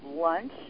lunch